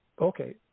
Okay